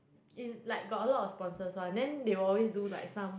is like got a lot of sponsors [one] then they will always do like some